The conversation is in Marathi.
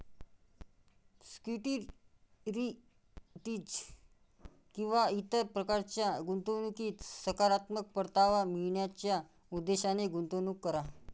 सिक्युरिटीज किंवा इतर प्रकारच्या गुंतवणुकीत सकारात्मक परतावा मिळवण्याच्या उद्देशाने गुंतवणूक करा